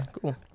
Cool